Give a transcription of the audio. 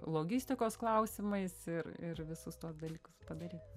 logistikos klausimais ir ir visus tuos dalykus padaryt